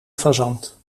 fazant